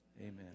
amen